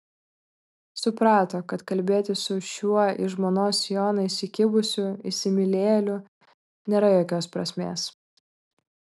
suprato kad kalbėtis su šiuo į žmonos sijoną įsikibusiu įsimylėjėliu nėra jokios prasmės